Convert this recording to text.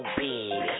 big